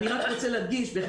אני רק רוצה להדגיש שיהיה ברור,